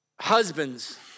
Husbands